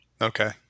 Okay